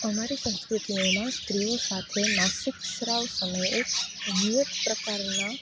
અમારી સંસ્કૃતિઓમાં સ્ત્રીઓ સાથે માસિક સ્રાવ સમયે વખતે વિવિધ પ્રકારના